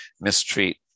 mistreat